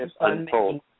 unfold